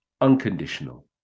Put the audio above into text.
unconditional